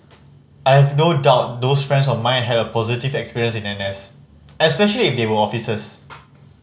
I have no doubt those friends of mine had a positive experience in N S especially if they were officers